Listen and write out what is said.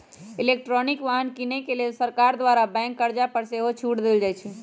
electric वाहन किने के लेल सरकार द्वारा बैंक कर्जा पर सेहो छूट देल जाइ छइ